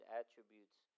attributes